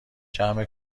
جمع